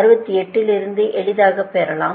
68 இல் இருந்து எளிதாகப் பெறலாம்